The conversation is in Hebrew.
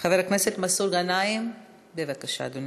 חבר הכנסת מסעוד גנאים, בבקשה, אדוני.